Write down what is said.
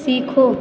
सीखो